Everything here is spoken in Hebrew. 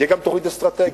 תהיה גם תוכנית אסטרטגית.